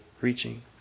reaching